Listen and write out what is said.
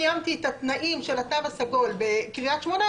האם ברגע שלא קיימתי את התנאים של התו הסגול בקריית שמונה,